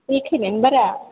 देखायनायानो बारा